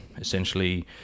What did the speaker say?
essentially